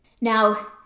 Now